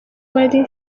bari